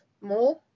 more